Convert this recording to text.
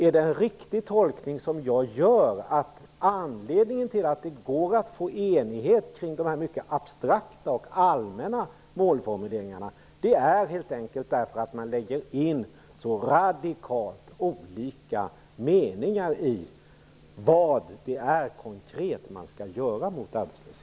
Är det en riktig tolkning som jag gör, dvs. att anledningen till att det går att få enhällighet kring dessa mycket abstrakta och allmänna målformuleringarna är att man lägger in så radikalt olika meningar i vad man konkret skall göra mot arbetslösheten?